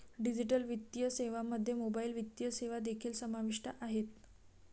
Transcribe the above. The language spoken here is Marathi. डिजिटल वित्तीय सेवांमध्ये मोबाइल वित्तीय सेवा देखील समाविष्ट आहेत